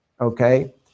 Okay